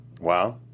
Wow